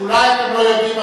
אולי הם לא יודעים,